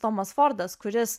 tomas fordas kuris